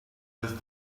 with